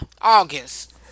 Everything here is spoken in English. August